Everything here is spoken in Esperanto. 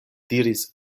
diris